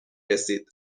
رسید